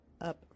up